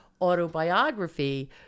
autobiography